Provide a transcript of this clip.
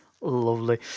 lovely